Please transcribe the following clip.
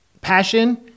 passion